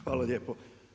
Hvala lijepo.